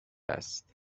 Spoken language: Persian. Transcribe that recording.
است